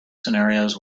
scenarios